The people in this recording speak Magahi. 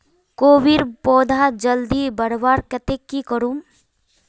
कोबीर पौधा जल्दी बढ़वार केते की करूम?